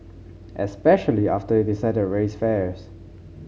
especially after you decided to raise fares